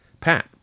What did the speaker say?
pat